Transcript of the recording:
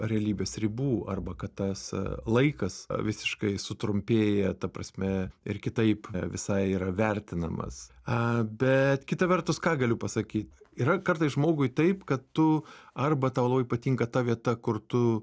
realybės ribų arba kad tas laikas visiškai sutrumpėja ta prasme ir kitaip visai yra vertinamas a bet kita vertus ką galiu pasakyt yra kartais žmogui taip kad tu arba tau labai patinka ta vieta kur tu